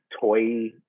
toy